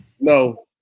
No